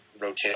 rotate